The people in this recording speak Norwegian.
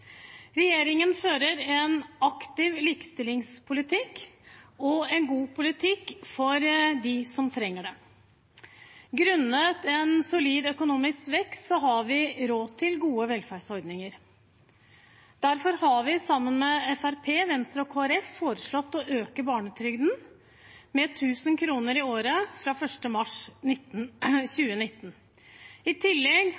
Regjeringen fører en aktiv likestillingspolitikk og en god politikk for dem som trenger det. Grunnet en solid økonomisk vekst har vi råd til gode velferdsordninger. Derfor har vi sammen med Fremskrittspartiet, Venstre og Kristelig Folkeparti foreslått å øke barnetrygden med 1 000 kroner i året fra 1. mars